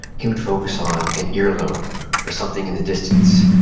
he would focus on an earlobe or something in the distance,